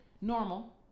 normal